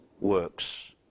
works